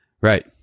Right